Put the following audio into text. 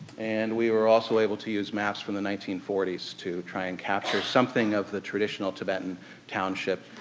and we were also able to use maps from the nineteen forty s to try and capture something of the traditional tibetan township,